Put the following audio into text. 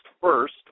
first